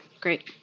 great